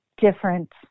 different